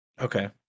Okay